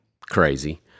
crazy